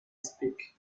stick